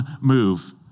move